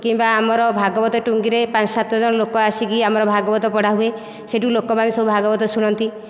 କିମ୍ବା ଆମର ଭାଗବତ ଟୁଙ୍ଗିରେ ପାଞ୍ଚ ସାତ ଜଣ ଲୋକ ଆସିକି ଆମର ଭାଗବତ ପଢ଼ାହୁଏ ସେଇଠୁ ଲୋକମାନେ ସବୁ ଭାଗବତ ଶୁଣନ୍ତି